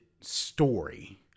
story